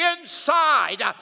inside